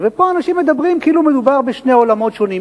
ופה אנשים מדברים כאילו מדובר בשני עולמות שונים.